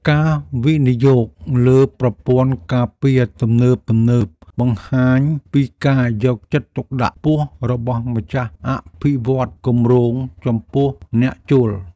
ការវិនិយោគលើប្រព័ន្ធការពារទំនើបៗបង្ហាញពីការយកចិត្តទុកដាក់ខ្ពស់របស់ម្ចាស់អភិវឌ្ឍន៍គម្រោងចំពោះអ្នកជួល។